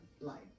life